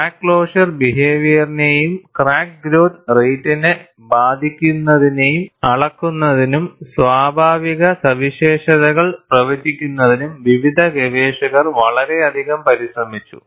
crack closure ബിഹേവിയർനെയും crack growth റേറ്റിനെ ബാധിക്കുന്നതിനെയും അളക്കുന്നതിനും സ്വഭാവ സവിശേഷതകൾ പ്രവചിക്കുന്നതിനും വിവിധ ഗവേഷകർ വളരെയധികം പരിശ്രമിച്ചു